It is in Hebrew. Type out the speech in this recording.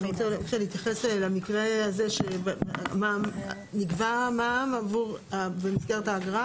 אתה רוצה אולי להתייחס למקרה הזה שנגבה מע"מ במסגרת האגרה,